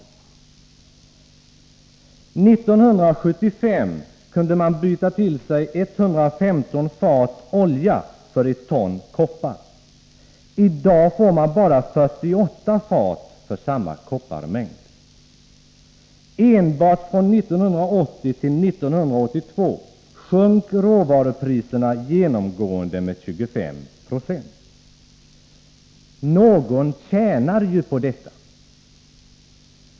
År 1975 kunde man byta till sig 115 fat olja för 1 ton koppar, i dag får man bara 48 fat för samma kopparmängd. Bara från 1980 till 1982 sjönk råvarupriserna genomgående med 25 9. Någon tjänar på detta.